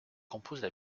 composent